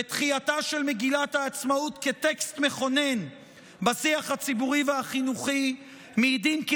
ותחייתה של מגילת העצמאות כטקסט מכונן בשיח הציבורי והחינוכי מעידים כי